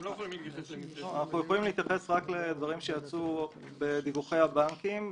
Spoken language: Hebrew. אנחנו יכולים להתייחס רק לדברים שיצאו בדיווחי הבנקים.